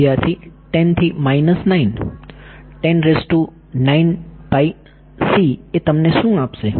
વિદ્યાર્થી 10 થી માઇનસ 9 એ તમને શું આપશે